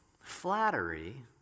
Flattery